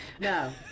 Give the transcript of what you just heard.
No